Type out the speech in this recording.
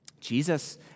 Jesus